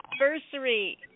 anniversary